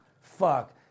Fuck